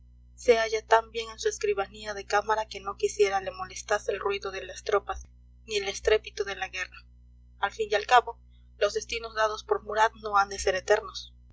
se halla tan bien en su escribanía de cámara que no quisiera le molestase el ruido de las tropas ni el estrépito de la guerra al fin y al cabo los destinos dados por murat no han de ser eternos